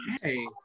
Hey